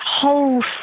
whole